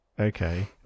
Okay